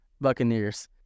Buccaneers